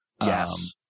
Yes